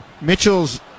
Mitchell's